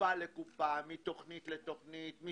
מקופה לקופה, מתכנית לתכנית.